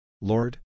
Lord